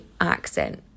accent